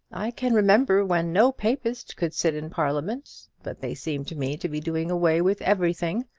i can remember when no papist could sit in parliament. but they seem to me to be doing away with everything.